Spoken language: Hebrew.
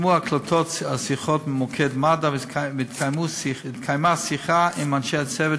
נשמעו הקלטות השיחות במוקד מד"א והתקיימה שיחה עם אנשי הצוות